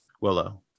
Willow